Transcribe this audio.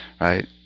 right